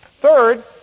Third